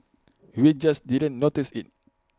we just didn't notice IT